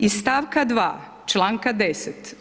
Iz stavka 2. članka 10.